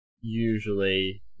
usually